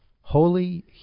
Holy